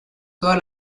todas